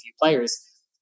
players